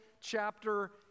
chapter